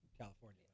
California